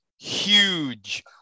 huge